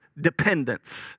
dependence